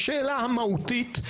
בשאלה המהותית: